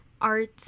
art